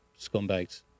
scumbags